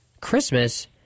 Christmas